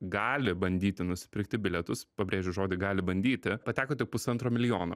gali bandyti nusipirkti bilietus pabrėžiu žodį gali bandyti pateko tik pusantro milijono